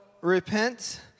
repent